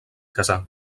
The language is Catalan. casà